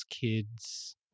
Kids